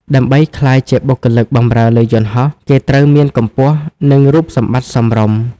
ដើម្បីក្លាយជាបុគ្គលិកបម្រើលើយន្តហោះ គេត្រូវមានកម្ពស់និងរូបសម្បត្តិសមរម្យ។